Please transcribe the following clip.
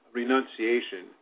renunciation